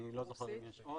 אני לא זוכר אם יש עוד.